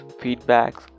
feedbacks